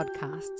podcasts